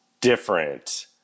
different